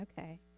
okay